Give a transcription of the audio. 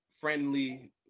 friendly